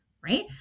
right